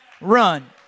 run